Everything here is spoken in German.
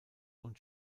und